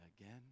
again